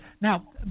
now